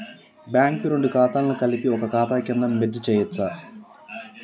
Bank వి రెండు ఖాతాలను కలిపి ఒక ఖాతా కింద మెర్జ్ చేయచ్చా?